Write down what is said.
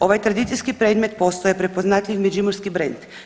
Ovaj tradicijski predmet postao je prepoznatljiv međimurski brend.